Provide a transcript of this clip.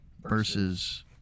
versus